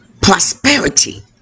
Prosperity